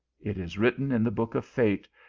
it is written in the book of fate,